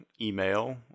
email